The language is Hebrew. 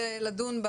ולדון,